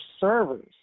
servers